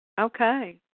Okay